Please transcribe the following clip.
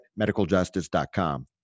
medicaljustice.com